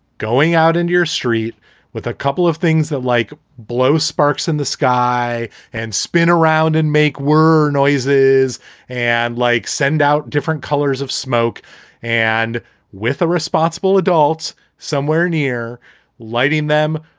going out in your street with a couple of things that like blow sparks in the sky and spin around and make were noises and like send out different colors of smoke and with a responsible adults somewhere near lighting them,